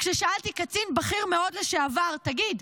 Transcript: כששאלתי קצין בכיר מאוד לשעבר: תגיד,